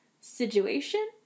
situation